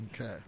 okay